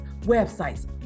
websites